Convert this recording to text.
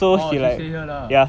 orh she stay here lah